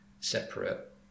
separate